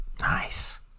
nice